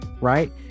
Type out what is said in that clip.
right